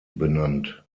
benannt